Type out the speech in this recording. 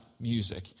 music